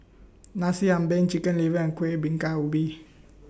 Nasi Ambeng Chicken Liver and Kuih Bingka Ubi